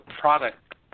product